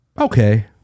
okay